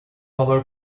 valor